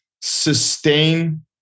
sustain